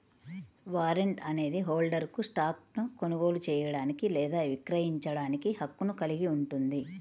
warrant అనేది హోల్డర్కు స్టాక్ను కొనుగోలు చేయడానికి లేదా విక్రయించడానికి హక్కును కలిగి ఉంటుంది